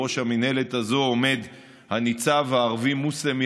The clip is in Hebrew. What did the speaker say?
בראש המינהלת הזאת עומד הניצב הערבי-מוסלמי